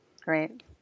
Great